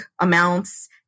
amounts